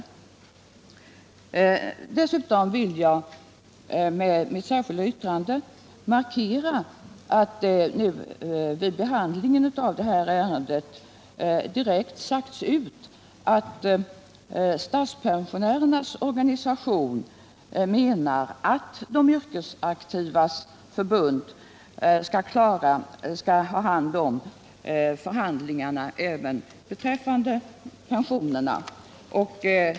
Dessutom vill jag med mitt särskilda yttrande markera att det nu vid behandlingen av detta ärende har direkt sagts ut att statspensionärernas organisation menar att de yrkesaktivas förbund även skall ha hand om förhandlingarna när det gäller pensionerna.